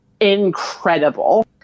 incredible